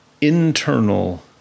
internal